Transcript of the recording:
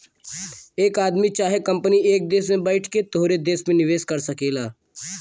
एक आदमी चाहे कंपनी एक देस में बैइठ के तोहरे देस मे निवेस कर सकेला